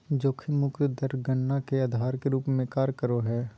जोखिम मुक्त दर गणना के आधार के रूप में कार्य करो हइ